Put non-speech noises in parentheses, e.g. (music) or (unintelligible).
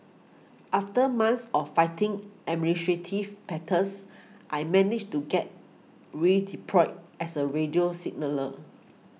after months of fighting administrative (unintelligible) I managed to get redeployed as a radio signaller